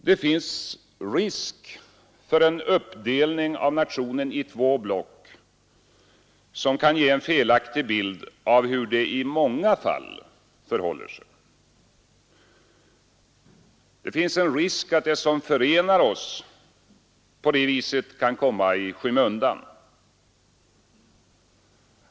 Det finns risk för en uppdelning av nationen i två block som kan ge en felaktig bild av hur det i många fall förhåller sig. Det finns en risk att det som förenar oss på det viset kan komma i skymundan.